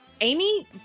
Amy